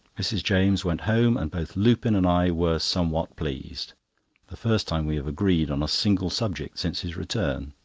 mrs. james went home, and both lupin and i were somewhat pleased the first time we have agreed on a single subject since his return.